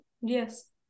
Yes